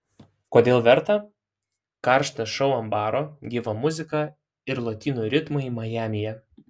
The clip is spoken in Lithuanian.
kodėl verta karštas šou ant baro gyva muzika ir lotynų ritmai majamyje